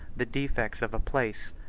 the defects of a place,